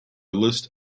list